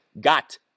got